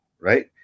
Right